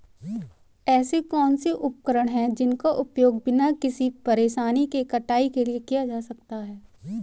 ऐसे कौनसे उपकरण हैं जिनका उपयोग बिना किसी परेशानी के कटाई के लिए किया जा सकता है?